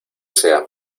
sea